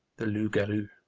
the loup-garou